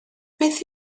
beth